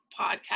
podcast